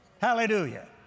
Hallelujah